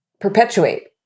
perpetuate